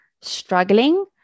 struggling